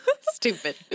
Stupid